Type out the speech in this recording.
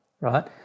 right